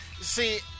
See